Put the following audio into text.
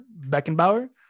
Beckenbauer